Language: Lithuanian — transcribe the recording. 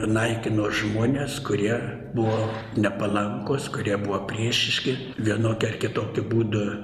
naikino žmones kurie buvo nepalankūs kurie buvo priešiški vienokiu ar kitokiu būdu